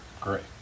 Great